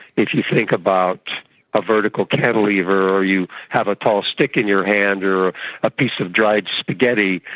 if you think about a vertical cantilever or you have a tall stick in your hand or a piece of dried spaghetti,